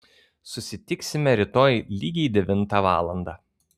susitiksime rytoj lygiai devintą valandą